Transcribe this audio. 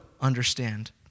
understand